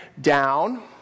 down